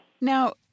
Now